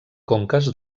conques